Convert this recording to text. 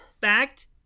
Fact